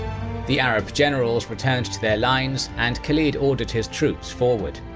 the arab generals returned to their lines and khalid ordered his troops forward.